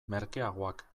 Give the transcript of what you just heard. merkeagoak